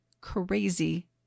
crazy